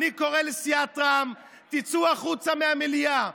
אני קורא לסיעת רע"מ, תצאו החוצה מהמליאה,